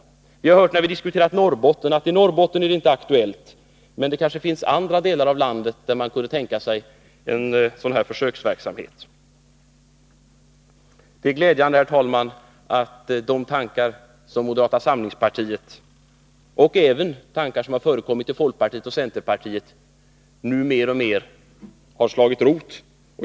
När vi har diskuterat Norrbottens problem har vi hört att i Norrbotten är det inte aktuellt, men det kanske finns andra delar av landet där man kunde tänka sig en sådan försöksverksamhet? Herr talman! Det är glädjande att de tankar som moderata samlingspartiet fört fram och även tankar som förekommit i folkpartiet och centerpartiet nu mer och mer har slagit rot.